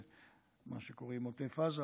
מה שקוראים עוטף עזה,